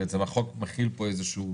בעצם החוק מחיל פה איזשהו